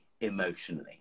emotionally